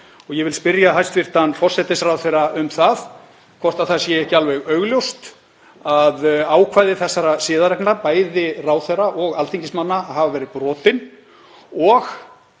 Ég vil spyrja hæstv. forsætisráðherra hvort það sé ekki alveg augljóst að ákvæði þessara siðareglna, bæði ráðherra og alþingismanna, hafi verið brotin og